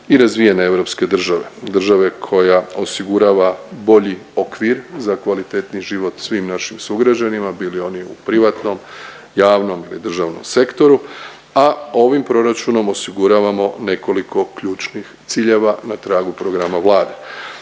i razvijene europske države, države koja osigurava bolji okvir za kvalitetniji život svim našim sugrađanima bili oni u privatnom, javnom ili državnom sektoru, a ovim proračunom osiguravamo nekoliko ključnih ciljeva na tragu programa Vlade.